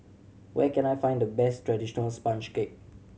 where can I find the best traditional sponge cake